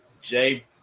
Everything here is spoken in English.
Jay